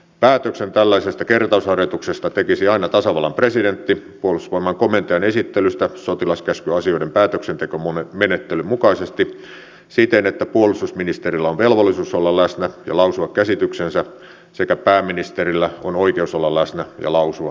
päätöksen tällaisesta kertausharjoituksesta tekisi aina tasavallan presidentti puolustusvoimain komentajan esittelystä sotilaskäskyasioiden päätöksentekomenettelyn mukaisesti siten että puolustusministerillä on velvollisuus olla läsnä ja lausua käsityksensä sekä pääministerillä on oikeus olla läsnä ja lausua käsityksensä